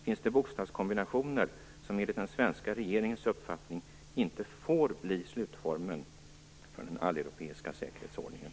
Finns det bokstavskombinationer som enligt den svenska regeringens uppfattning inte får bli slutformeln för den alleuropeiska säkerhetsordningen?